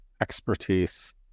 expertise